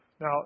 Now